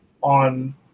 on